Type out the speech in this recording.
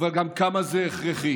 אבל גם כמה זה הכרחי.